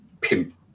pimp